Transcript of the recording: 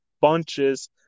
bunches